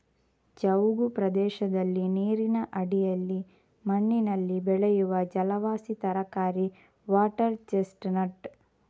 ಜವುಗು ಪ್ರದೇಶದಲ್ಲಿ ನೀರಿನ ಅಡಿಯಲ್ಲಿ ಮಣ್ಣಿನಲ್ಲಿ ಬೆಳೆಯುವ ಜಲವಾಸಿ ತರಕಾರಿ ವಾಟರ್ ಚೆಸ್ಟ್ ನಟ್